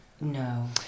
No